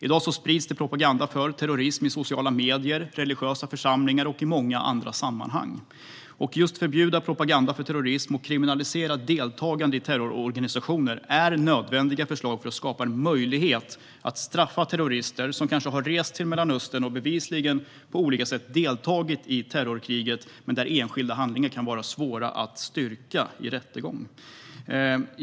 I dag sprids det propaganda för terrorism i sociala medier, i religiösa församlingar och i många andra sammanhang. Just att förbjuda propaganda för terrorism och att kriminalisera deltagande i terrororganisationer är nödvändiga förslag för att skapa en möjlighet att straffa terrorister som kanske rest till Mellanöstern och bevisligen på olika sätt deltagit i terrorkriget men där enskilda handlingar kan vara svåra att styrka i rättegång.